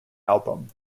album